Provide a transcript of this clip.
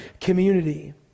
community